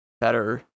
better